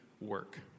work